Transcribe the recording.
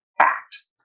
act